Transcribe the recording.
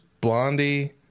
Blondie